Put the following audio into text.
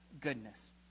goodness